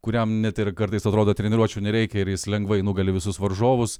kuriam net ir kartais atrodo treniruočių nereikia ir jis lengvai nugali visus varžovus